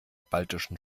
baltischen